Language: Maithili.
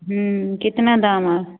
हुँ कतना दाम हइ